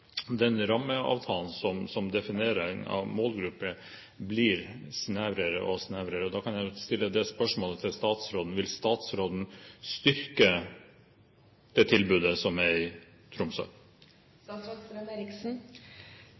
den rammeavtalen som definerer målgruppen, blir snevrere og snevrere, og da kan jeg jo stille det spørsmålet til statsråden: Vil statsråden styrke det tilbudet som er i